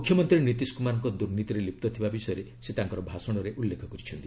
ମୁଖ୍ୟମନ୍ତ୍ରୀ ନୀତିଶ କୁମାର ଦୁର୍ନୀତିରେ ଲିପ୍ତ ଥିବାର ସେ ତାଙ୍କର ଭାଷଣରେ ଉଲ୍ଲେଖ କରିଛନ୍ତି